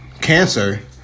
cancer